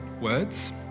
words